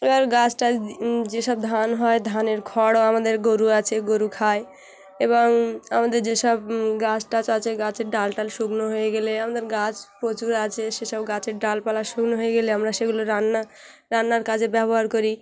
এবার গাছ টাছ দিই যেসব ধান হয় ধানের খড়ও আমাদের গরু আছে গরু খায় এবং আমাদের যেসব গাছ টাছ আছে গাছের ডাল টাল শুকনো হয়ে গেলে আমাদের গাছ প্রচুর আছে সেসব গাচের ডাল পালা শুকনো হয়ে গেলে আমরা সেগুলো রান্না রান্নার কাজে ব্যবহার করি